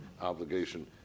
obligation